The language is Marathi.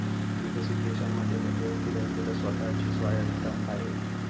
विकसित देशांमध्ये मध्यवर्ती बँकेला स्वतः ची स्वायत्तता आहे